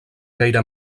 gaire